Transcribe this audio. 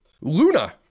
Luna